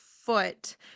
foot